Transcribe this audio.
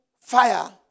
fire